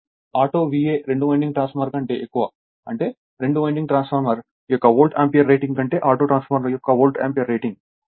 అంటే ఆటోరెండు winding transformer కంటే ఎక్కువ అంటే రెండు వైండింగ్ ట్రాన్స్ఫార్మర్ యొక్క వోల్ట్ ఆంపియర్ రేటింగ్ కంటే ఆటో ట్రాన్స్ఫార్మర్ యొక్క వోల్ట్ ఆంపియర్ రేటింగ్